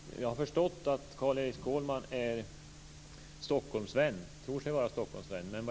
Fru talman! Jag har förstått att Carl-Erik Skårman tror sig vara Stockholmsvän.